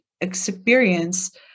experience